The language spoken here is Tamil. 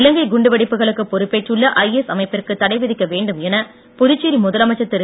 இலங்கை குண்டு வெடிப்புகளுக்கு பொறுப்பேற்றுள்ள ஐஎஸ் அமைப்பிற்கு தடைவிதிக்க வேண்டும் என புதுச்சேரி முதலமைச்சர் திரு